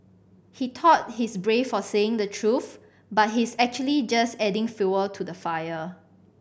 he thought he's brave for saying the truth but he's actually just adding fuel to the fire